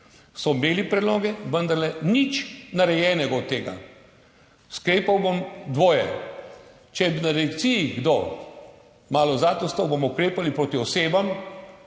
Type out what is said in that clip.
so imeli predloge, vendarle nič narejenega od tega. Sklepal bom dvoje. Če bi na direkciji kdo malo zadaj ostal, bomo ukrepali proti osebam